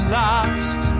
lost